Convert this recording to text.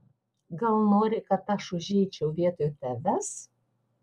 gal nori kad aš užeičiau vietoj tavęs